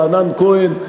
רענן כהן,